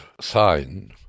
sign